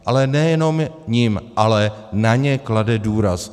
Ale nejenom jim, ale na ně klade důraz.